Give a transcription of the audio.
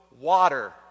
water